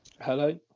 Hello